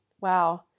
Wow